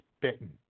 bitten